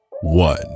one